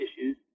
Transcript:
issues